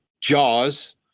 jaws